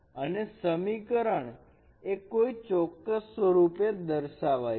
અને સમીકરણ એ કોઈ ચોક્કસ સ્વરૂપે દર્શાવાઈ છે